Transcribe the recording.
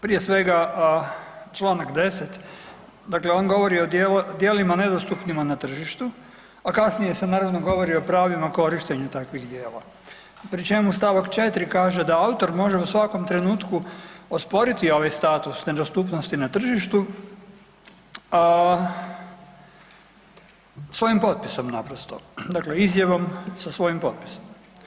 Prije svega čl. 10., dakle on govori o djelima nedostupnima na tržištu, a kasnije se naravno govori o pravima korištenja takvih djela pri čemu st. 4. kaže da autor može u svakom trenutku osporiti ovaj status „nedostupnosti na tržištu“ svojim potpisom naprosto, dakle izjavom sa svojim potpisom.